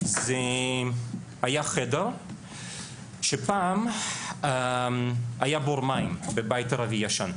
זה היה חדר שפעם היה בור מים בבית ערבי ישן.